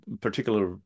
particular